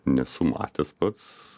nesu matęs pats